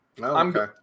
Okay